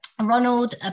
Ronald